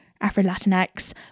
Afro-Latinx